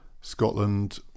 Scotland